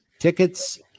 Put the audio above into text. Tickets